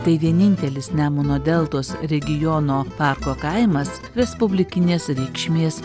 tai vienintelis nemuno deltos regioninio parko kaimas respublikinės reikšmės